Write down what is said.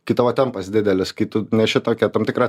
kai tavo tempas didelis kai tu neši tokią tam tikrą